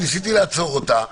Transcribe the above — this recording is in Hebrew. ניסיתי לעצור אותה,